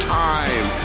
time